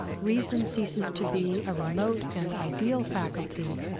reason ceases to be a remote and ideal faculty,